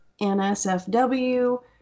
NSFW